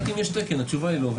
שאלתי אם יש תקן, התשובה היא לא.